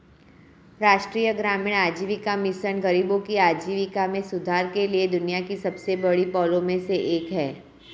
राष्ट्रीय ग्रामीण आजीविका मिशन गरीबों की आजीविका में सुधार के लिए दुनिया की सबसे बड़ी पहलों में से एक है